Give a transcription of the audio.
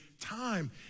time